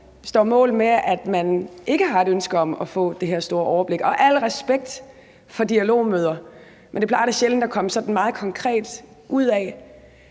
står mål med, at man ikke har et ønske om at få det her store overblik; og al respekt for dialogmøder, men det plejer da sjældent at komme noget sådan meget konkret ud af.